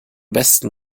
besten